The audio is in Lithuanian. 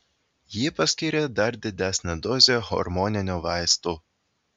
ji paskyrė dar didesnę dozę hormoninių vaistų